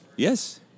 Yes